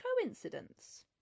coincidence